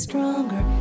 Stronger